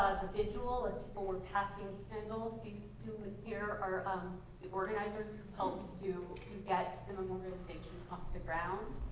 the vigil as people were passing candles. these two women here are um the organizers who helped to get the memorialization off the ground.